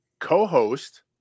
co-host